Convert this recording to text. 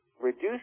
reduce